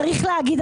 צריך להגיד,